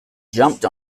jumped